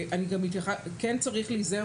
כן צריך להיזהר,